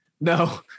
No